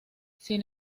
sin